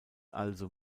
also